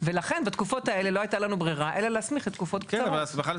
ולכן בתקופות האלה לא הייתה לנו ברירה אלא להסמיך לתקופות קצרות.